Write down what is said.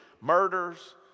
murders